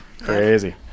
crazy